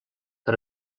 per